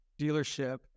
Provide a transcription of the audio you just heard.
dealership